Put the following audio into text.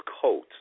coat